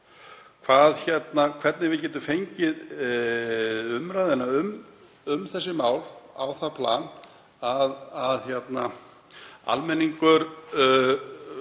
hvernig við getum fengið umræðuna um þessi mál á það plan að almenningur